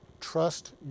trust